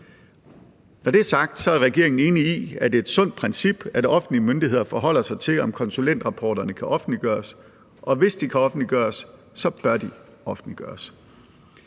Når det er sagt, er regeringen enig i, at det er et sundt princip, at offentlige myndigheder forholder sig til, om konsulentrapporterne kan offentliggøres, og hvis de kan offentliggøres, bør de offentliggøres.